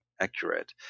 accurate